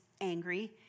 angry